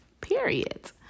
period